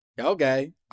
Okay